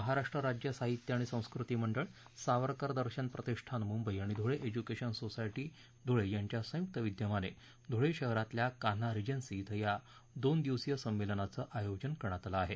महाराष्ट्र राज्य साहित्य आणि संस्कृती मंडळ सावरकर दर्शन प्रतिष्ठान मुंबई आणि धुळे एज्युकेशन सोसायटी धुळे यांच्या संयुक्त विद्यमाने धुळे शहरातील कान्हा रिजेन्सी धि या दोनदिवसीय संमेलनाचे आयोजन करण्यात आलं आहे